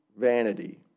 vanity